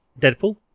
Deadpool